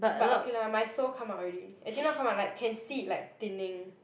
but okay lah my sole come out already as in not come out like can see it like thinning